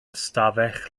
ystafell